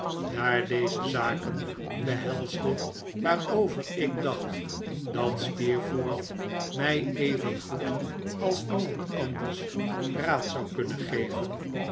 daar deze zaken behelsde waarover ik dacht dat steerforth mij even goed als iemand anders raad zou kunnen geven